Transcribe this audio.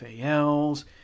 FALs